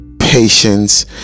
patience